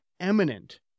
eminent